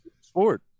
sport